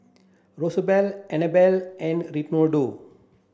Rosabelle Annabel and Reynaldo